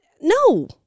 no